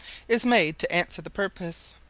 is made to answer the purpose,